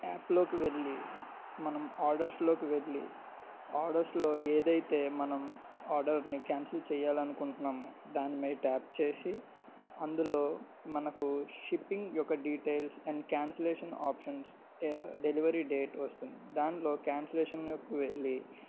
యాప్లోకి వెళ్ళి మనం ఆర్డర్స్లోకి వెళ్ళి ఆర్డర్స్లో ఏదైతే మనం ఆర్డర్ని క్యాన్సిల్ చేయ్యాలనుకుంటున్నామో దాని మీద టాప్ చేసి అందులో మనకు షిప్పింగ్ యొక్క details and cancellation options delivery date వస్తుంది దానిలో క్యాన్సిలేషన్కి వెళ్ళి